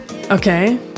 Okay